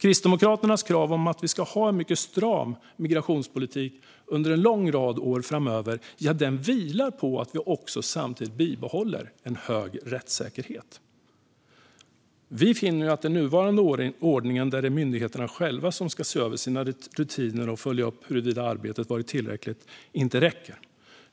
Kristdemokraternas krav att vi ska ha en mycket stram migrationspolitik under en lång rad år framöver vilar på att vi samtidigt bibehåller en hög rättssäkerhet. Vi finner att den nuvarande ordningen där myndigheterna själva ser över sina rutiner och följer upp sitt arbete inte räcker.